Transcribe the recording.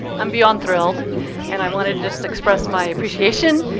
i'm beyond thrilled and i want to just express my appreciation.